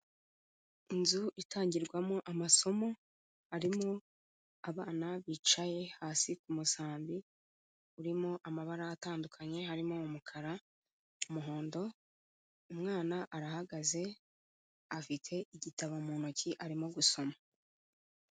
Inzu itangirwamo amasomo, harimo abana bicaye hasi ku musambi urimo amabara atandukanye, harimo umukara, umuhondo, umwana arahagaze afite igitabo mu ntoki arimo gusoma.